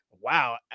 wow